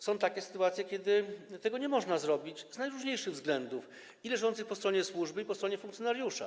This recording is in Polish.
Są takie sytuacje, kiedy nie można tego zrobić, z najróżniejszych względów, leżących i po stronie służby, i po stronie funkcjonariusza.